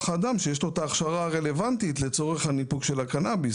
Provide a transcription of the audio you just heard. האדם שיש לו את ההכשרה הרלוונטית לצורך הניפוק של הקנביס.